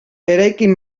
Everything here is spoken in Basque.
eraikin